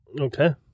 Okay